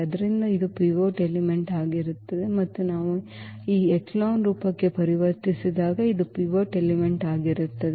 ಆದ್ದರಿಂದ ಇದು pivot element ಆಗಿರುತ್ತದೆ ಮತ್ತು ನಾವು ಈ ಎಚೆಲಾನ್ ರೂಪಕ್ಕೆ ಪರಿವರ್ತಿಸಿದಾಗ ಇದು ಪಿವೋಟ್ ಎಲಿಮೆಂಟ್ ಆಗಿರುತ್ತದೆ